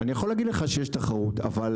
אני יכול להגיד לך שיש תחרות, אבל